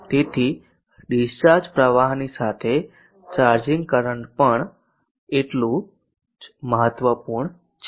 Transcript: તેથી ડીસ્ચાર્જ પ્રવાહની સાથે ચાર્જિંગ કરંટ પણ એટલું જ મહત્વપૂર્ણ છે